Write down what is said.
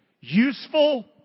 useful